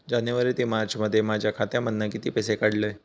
जानेवारी ते मार्चमध्ये माझ्या खात्यामधना किती पैसे काढलय?